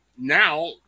now